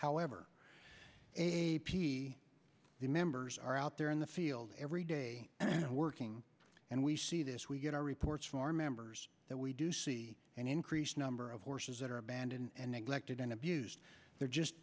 however a p the members are out there in the field every day working and we see this we get our reports from our members that we do see an increased number of horses that are abandoned and neglected and abused there just